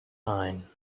nine